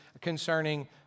concerning